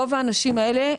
רוב האנשים האלה,